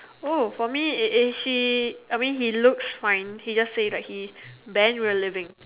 oh for me is is she I mean he looks fine he just say like he band will live in